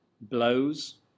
blows